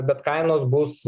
bet kainos bus